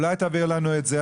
אולי תעביר לנו את זה?